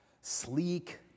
sleek